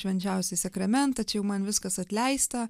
švenčiausiąjį sakramentą čia jau man viskas atleista